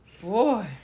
Boy